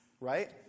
right